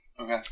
Okay